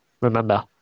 remember